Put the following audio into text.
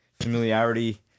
familiarity